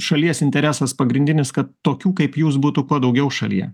šalies interesas pagrindinis kad tokių kaip jūs būtų kuo daugiau šalyje